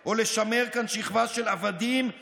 זמן דיבור, אבל אני רוצה להציע להתחשב בהם, בסדר?